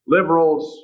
Liberals